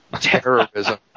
Terrorism